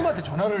but the military.